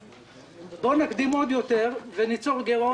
הוא אומר: בואו נקדים עוד יותר וניצור גירעון,